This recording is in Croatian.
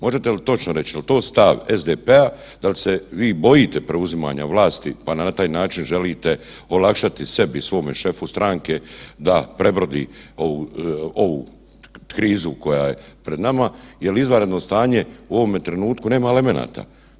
Možete li točno reći jel to stav SDP-a jel se vi bojite preuzimanja vlasti pa na taj način želite olakšati sebi i svome šefu stranke da prebrodi ovu krizu koja je pred nama jer izvanredno stanje u ovome trenutku nema elemenata.